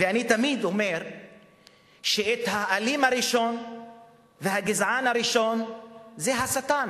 ואני תמיד אומר שהאלים הראשון והגזען הראשון הוא השטן,